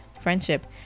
friendship